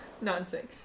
Nonsense